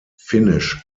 finnish